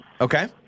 Okay